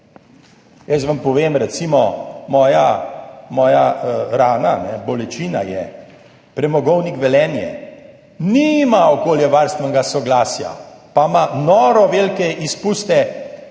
Jaz vam povem, recimo moja rana, bolečina je Premogovnik Velenje. Nima okoljevarstvenega soglasja, pa ima noro velike izpuste